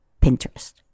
Pinterest